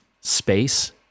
space